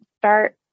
start